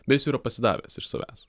bet jis jau yra pasidavęs iš savęs